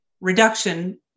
reduction